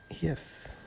yes